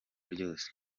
ryose